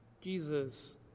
Jesus